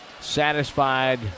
satisfied